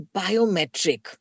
biometric